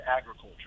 agriculture